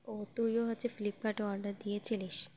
ও তুইও হচ্ছে ফ্লিপকার্টে অর্ডার দিয়েছিলিস